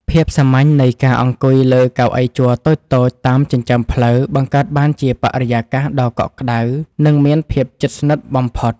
ភាពសាមញ្ញនៃការអង្គុយលើកៅអីជ័រតូចៗតាមចិញ្ចើមផ្លូវបង្កើតបានជាបរិយាកាសដ៏កក់ក្តៅនិងមានភាពជិតស្និទ្ធបំផុត។